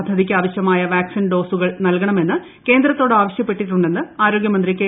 പദ്ധതിയ്ക്കാവശൃമായ vaccine ഡോസുകൾ നൽകണമെന്ന് കേന്ദ്രത്തോട് ആവശ്യപ്പെട്ടിട്ടുണ്ടെന്ന് ആരോഗ്യമന്ത്രി കെ